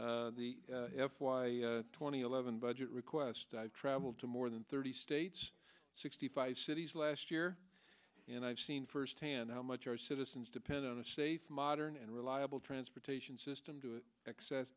y twenty eleven budget request i've traveled to more than thirty states sixty five cities last year and i've seen firsthand how much our citizens depend on a safe modern and reliable transportation system to access